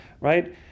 Right